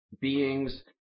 beings